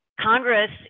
Congress